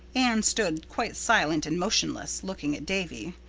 anne stood quite silent and motionless, looking at davy.